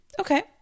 Okay